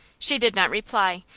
she did not reply,